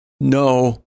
no